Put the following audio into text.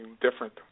different